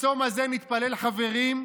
בצום הזה נתפלל, חברים,